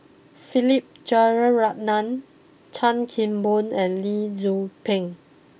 Philip Jeyaretnam Chan Kim Boon and Lee Tzu Pheng